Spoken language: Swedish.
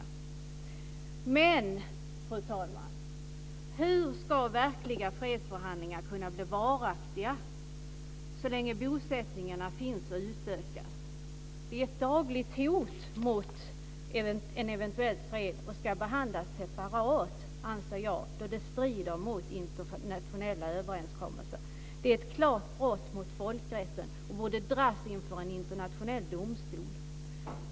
Men, fru talman, hur ska verkliga fredsförhandlingar kunna bli varaktiga så länge bosättningarna finns och utökas? Det är ett dagligt hot mot en eventuell fred och ska behandlas separat, anser jag, då det strider mot internationella överenskommelser. Det är ett klart brott mot folkrätten och borde dras inför en internationell domstol.